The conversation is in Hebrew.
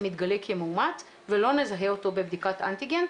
יתגלה כמאומתת ולא נזהה אותו בבדיקת אנטיגן,